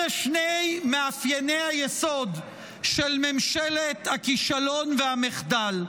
אלה שני מאפייני היסוד של ממשל הכישלון והמחדל.